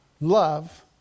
love